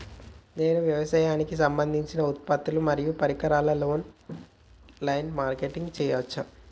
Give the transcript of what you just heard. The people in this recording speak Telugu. నేను వ్యవసాయానికి సంబంధించిన ఉత్పత్తులు మరియు పరికరాలు ఆన్ లైన్ మార్కెటింగ్ చేయచ్చా?